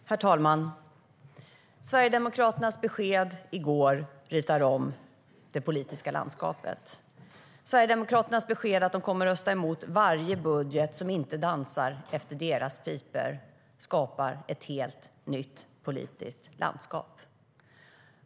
Herr talman! Sverigedemokraternas besked i går ritar om det politiska landskapet. Sverigedemokraternas besked att de kommer att rösta emot varje budget som inte dansar efter deras pipa skapar ett helt nytt politiskt landskap.